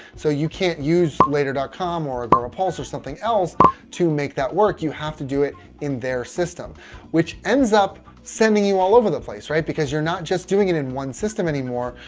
so you can't use later dot com or agorapulse or something else to make that work. you have to do it in their system which ends up sending you all over the place, right? because you're not just doing it in one system anymore.